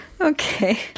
Okay